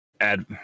add